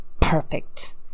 perfect